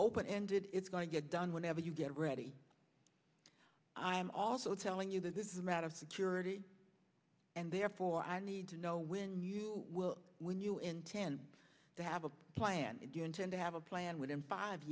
open ended it's going to get done whenever you get ready i am also telling you that this is a matter of security and therefore i need to know when you will when you intend to have a plan if you intend to have a plan within five